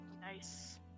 Nice